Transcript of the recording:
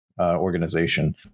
organization